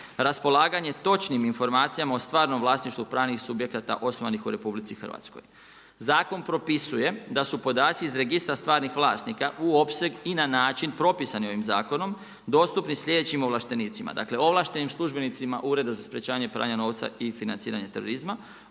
Raspolaganje točnim informacijama o stvarnom vlasništvu pravnih subjekata osnovanih u RH. Zakon propisuje da su podaci iz Registra stvarnih vlasnika u opseg i na način propisani ovim zakonom dostupni sljedećim ovlaštenicima. Dakle, ovlaštenim službenicima Ureda za sprječavanje pranja novca i financiranje terorizma,